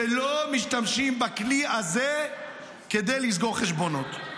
שלא משתמשים בכלי הזה כדי לסגור חשבונות.